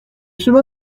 chemins